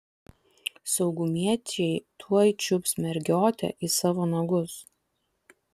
saugumiečiai tuoj čiups mergiotę į savo nagus